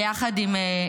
ביחד עם,